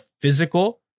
physical